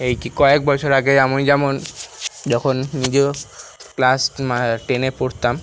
এই কী কয়েক বছর আগে আমি যেমন যখন নিজেও ক্লাস টেনে পড়তাম